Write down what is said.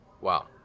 Wow